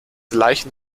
leichen